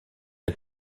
est